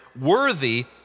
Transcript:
worthy